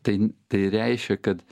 tai tai reiškia kad